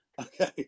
Okay